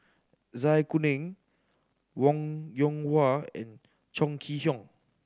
Zai Kuning Wong Yoon Wah and Chong Kee Hiong